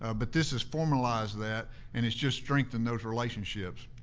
ah but this has formalized that, and it's just strengthened those relationships.